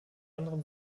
anderem